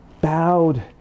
bowed